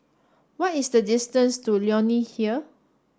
what is the distance to Leonie Hill